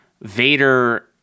Vader